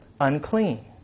unclean